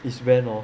is when hor